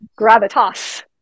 gravitas